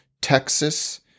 Texas